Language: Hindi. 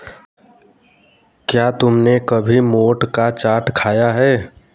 क्या तुमने कभी मोठ का चाट खाया है?